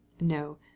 No